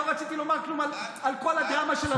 לא רציתי לומר כלום על כל הדרמה של השבוע.